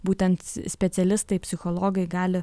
būtent specialistai psichologai gali